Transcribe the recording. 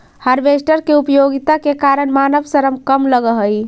harvester के उपयोगिता के कारण मानव श्रम कम लगऽ हई